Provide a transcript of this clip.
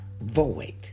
void